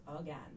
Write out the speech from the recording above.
again